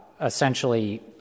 essentially